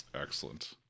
Excellent